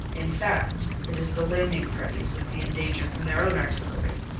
in fact, it is the landing parties would be in danger from their own artillery.